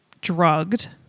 drugged